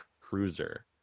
cruiser